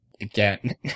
again